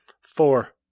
Four